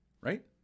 right